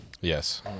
Yes